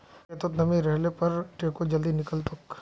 खेतत नमी रहले पर टेको जल्दी निकलतोक